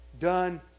done